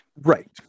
Right